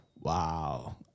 wow